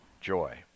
Joy